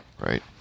right